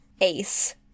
Ace